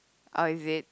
oh is it